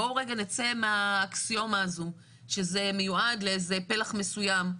בואו רגע נצא מהאקסיומה הזו שזה מיועד לאיזה פלח מסוים.